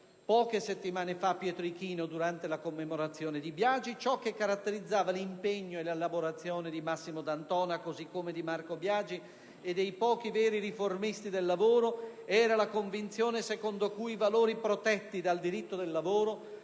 poche settimane fa Pietro Ichino, durante la commemorazione di Marco Biagi, ciò che caratterizzava l'impegno e l'elaborazione di Massimo D'Antona, così come di Marco Biagi e dei pochi veri riformisti del lavoro, era la convinzione secondo cui i valori protetti dal diritto del lavoro